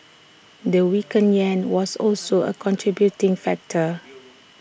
the weakened Yen was also A contributing factor